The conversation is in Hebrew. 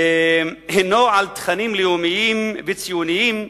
הינו על תכנים לאומיים וציוניים,